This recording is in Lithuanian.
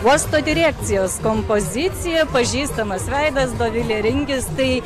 uosto direkcijos kompozicija pažįstamas veidas dovilė ringis tai